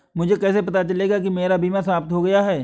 मुझे कैसे पता चलेगा कि मेरा बीमा समाप्त हो गया है?